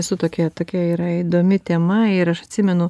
esu tokia tokia yra įdomi tema ir aš atsimenu